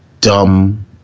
dumb